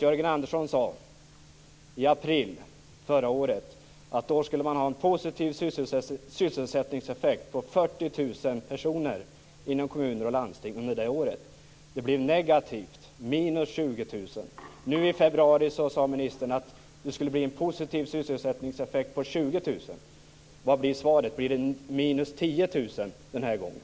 Jörgen Andersson sade i april förra året att man under det året skulle ha en positiv sysselsättningseffekt motsvarande 40 000 jobb inom kommuner och landsting. Det blev negativt - minus 20 000. I februari i år sade ministern att det skulle bli en positiv sysselsättningseffekt motsvarande 20 000 jobb. Vad blir resultatet? Blir det minus 10 000 den här gången?